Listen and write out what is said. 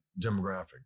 demographic